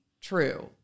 true